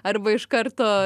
arba iš karto